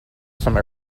some